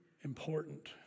important